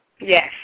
Yes